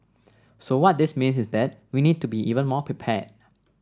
so what this means is that we need to be even more prepared